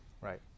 Right